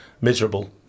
miserable